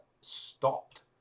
stopped